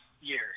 year